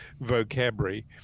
vocabulary